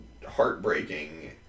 heartbreaking